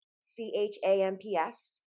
C-H-A-M-P-S